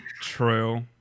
True